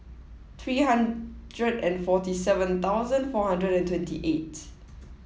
three hundred and forty seven thousand four hundred and twenty eight